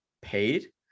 paid